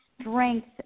strength